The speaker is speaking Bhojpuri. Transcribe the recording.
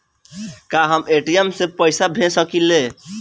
का हम ए.टी.एम से पइसा भेज सकी ले?